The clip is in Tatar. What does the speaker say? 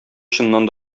чыннан